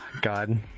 God